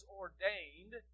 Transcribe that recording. ordained